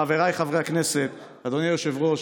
חבריי חברי הכנסת, אדוני היושב-ראש,